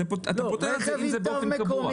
אתה פוטר את זה אם זה באופן קבוע.